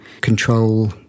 control